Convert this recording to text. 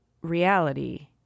reality